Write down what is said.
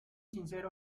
sincero